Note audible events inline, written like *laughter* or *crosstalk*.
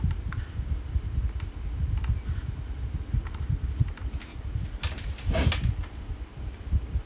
*noise*